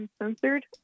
Uncensored